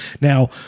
Now